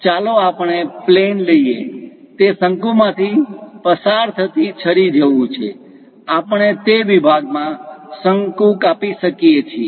ચાલો આપણે plane plane સપાટી લઈએ તે શંકુ માંથી પસાર થતી છરી જેવું છે આપણે તે વિભાગમાં શંકુ કાપી શકીએ છીએ